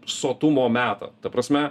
sotumo metą ta prasme